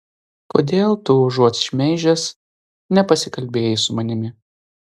kodėl tu užuot šmeižęs nepasikalbėjai su manimi